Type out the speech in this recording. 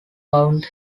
round